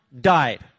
died